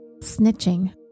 snitching